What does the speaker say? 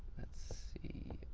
let's see.